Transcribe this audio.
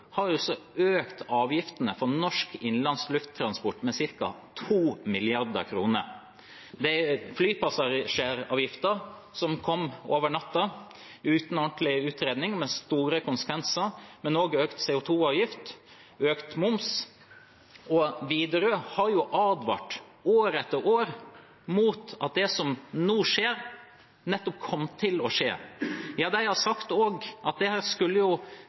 har økt avgiftene på norsk innenlands lufttransport med ca. 2 mill. kr – flypassasjeravgiften, som kom over natten uten en ordentlig utredning og med store konsekvenser, men også økt CO2-avgift og økt moms. Widerøe har advart år etter år mot at det som nå skjer, kom til å skje. De har også sagt at det skulle